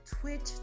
Twitch